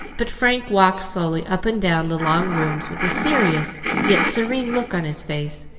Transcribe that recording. but frank walked slowly up and down the long rooms with a serious yet serene look on his face,